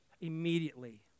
Immediately